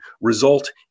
result